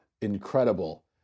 incredible